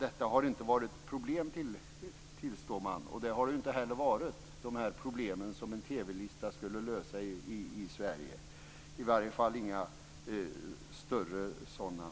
Detta har inte varit något problem, tillstår man, och det har det inte heller varit. De problem som en TV-lista skulle lösa i Sverige har i varje fall inte varit stora.